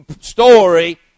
story